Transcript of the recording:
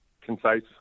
concise